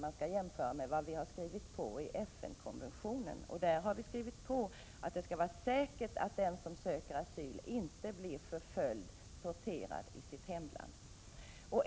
Vi skall jämföra med FN-konventionen, där vi har skrivit under på att det skall vara säkert att den som inte beviljas asyl inte blir förföljd eller torterad i sitt hemland.